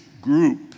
group